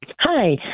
Hi